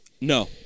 No